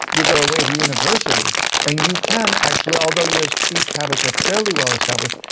you go away to university and you can actually, although your speech habits are fairly well established,